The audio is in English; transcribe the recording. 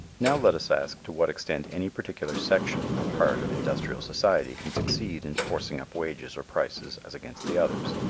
now let us ask to what extent any particular section or part of industrial society can succeed in forcing up wages or prices as against the others.